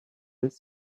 this